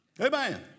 Amen